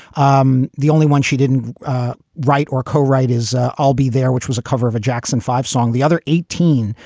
um the only one she didn't write or co-write is i'll be there, which was a cover of a jackson five song, the other eighteen.